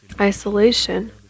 isolation